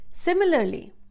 Similarly